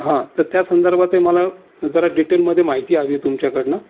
हां तर त्या संदर्भातही मला जरा डिटेलमध्ये माहिती हवी आहे तुमच्याकडनं